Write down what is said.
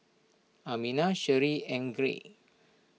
Amina Sherri and Greg